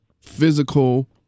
physical